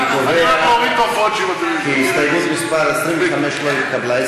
אני קובע כי הסתייגות מס' 25 לא התקבלה.